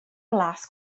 blas